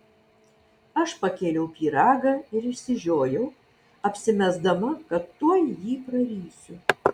aš pakėliau pyragą ir išsižiojau apsimesdama kad tuoj jį prarysiu